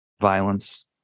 violence